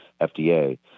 FDA